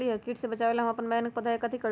किट से बचावला हम अपन बैंगन के पौधा के कथी करू?